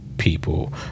people